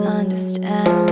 understand